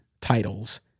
titles